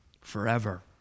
forever